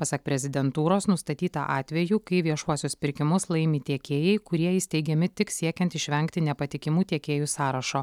pasak prezidentūros nustatyta atvejų kai viešuosius pirkimus laimi tiekėjai kurie įsteigiami tik siekiant išvengti nepatikimų tiekėjų sąrašo